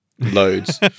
loads